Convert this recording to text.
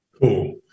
Cool